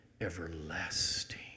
everlasting